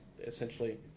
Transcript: essentially